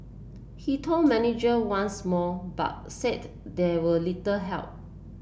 he told manager once more but said they were little help